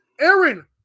Aaron